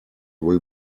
will